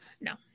No